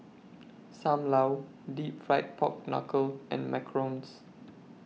SAM Lau Deep Fried Pork Knuckle and Macarons